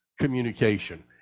communication